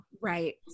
Right